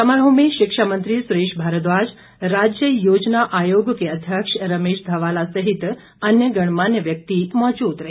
समारोह में शिक्षा मंत्री सुरेश भारद्वाज राज्य योजना आयोग के अध्यक्ष रमेश धवाला सहित अन्य गणमान्य व्यक्ति मौजूद रहे